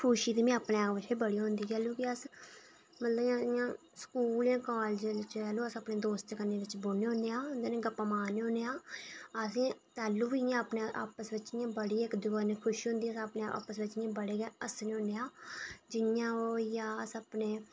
खुशी ते मिगी अपने आप दिक्खियै बड़ी होंदी ऐ जैह्लूं कि अस मतलब इ'यां इ'यां स्कूल जां कॉलेज बिच जैह्लूं अस अपने दोस्तें कन्नै बिच बौह्न्ने उंदे कन्नै गप्पां मारने होने आं असें गी तैह्लूं बी इ'यां अपने आपस बिच इ'यां बड़ी इक खुशी होंदी ते अस आपस बिच हस्सने होन्ने आं जि'यां ओह् होई गेआ अस अपने